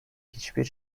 hiçbir